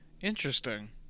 Interesting